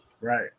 Right